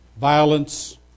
violence